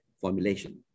formulation